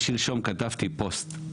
אני שלשום כתבתי פוסט.